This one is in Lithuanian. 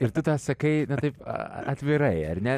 ir tu tą sakai taip atvirai ar ne